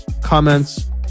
comments